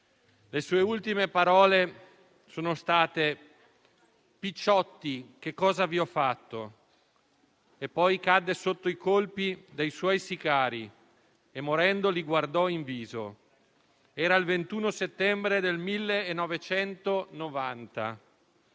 Le sue ultime parole furono «Picciotti, che cosa vi ho fatto?» e poi cadde sotto i colpi dei suoi sicari, e morendo li guardò in viso. Era il 21 settembre del 1990.